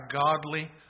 godly